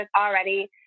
already